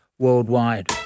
Worldwide